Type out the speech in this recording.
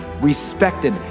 respected